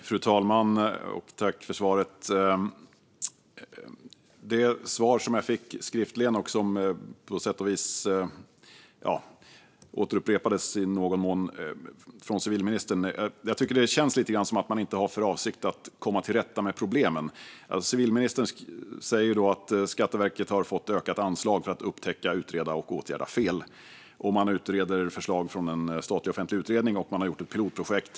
Fru talman! Utifrån det svar jag fick och som i någon mån återupprepades av civilministern känns det lite grann som att man inte har för avsikt att komma till rätta med problemen. Civilministern säger att Skatteverket har fått ökade anslag för att upptäcka, utreda och åtgärda fel. Man utreder förslag från en statlig offentlig utredning, och man har inlett ett pilotprojekt.